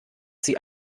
sie